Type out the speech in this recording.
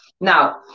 Now